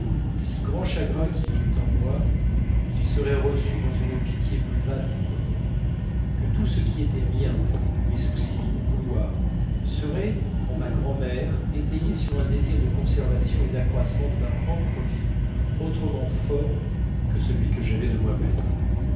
si grand chagrin qu'il y eût en moi qu'il serait reçu dans une pitié plus vaste encore que tout ce qui était mien mes soucis mon vouloir serait en ma grand'mère étayé sur un désir de conservation et d'accroissement de ma propre vie autrement fort que celui que j'avais de moi-même